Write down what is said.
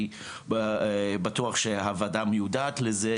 אני בטוח שהוועדה מיועדת לזה,